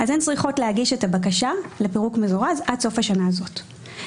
אז הן צריכות להגיש את הבקשה לפירוק מזורז עד סוף השנה הזאת.